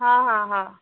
ହଁ ହଁ ହଁ